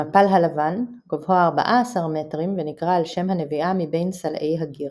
סמוך לנחל, בקצה המערבי של השמורה, נמצא אתר קדום